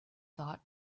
thought